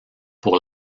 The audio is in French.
pour